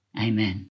Amen